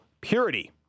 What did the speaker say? purity